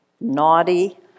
naughty